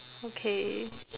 okay